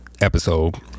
episode